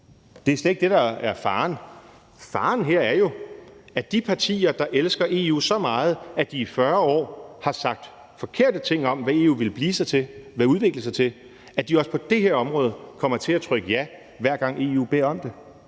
Det er slet ikke det, der er faren. Faren her er jo, at de partier, der elsker EU så meget, at de i 40 år har sagt forkerte ting om, hvad EU ville udvikle sig til, også på det her område kommer til at trykke ja, hver gang EU beder om det.